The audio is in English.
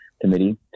committee